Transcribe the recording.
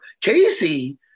Casey